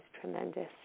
tremendous